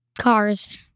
cars